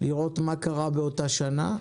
לראות מה קרה באותה שנה.